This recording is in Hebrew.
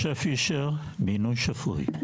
משה פישר, מבינוי שפוי.